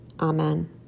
Amen